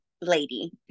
lady